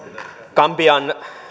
gambian